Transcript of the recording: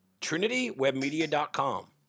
trinitywebmedia.com